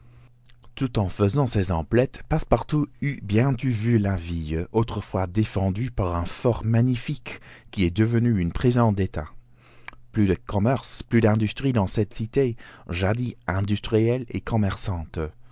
tout en faisant ses emplettes passepartout eut bientôt vu la ville autrefois défendue par un fort magnifique qui est devenu une prison d'état plus de commerce plus d'industrie dans cette cité jadis industrielle et commerçante